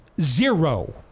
Zero